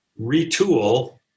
retool